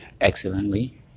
excellently